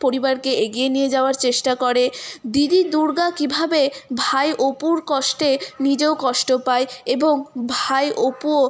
পরিবারকে এগিয়ে নিয়ে যাওয়ার চেষ্টা করে দিদি দুর্গা কীভাবে ভাই অপুর কষ্টে নিজেও কষ্ট পায় এবং ভাই অপুও